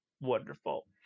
Wonderful